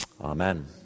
Amen